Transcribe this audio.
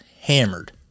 hammered